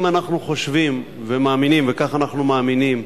אם אנחנו חושבים ומאמינים, וכך אנחנו מאמינים,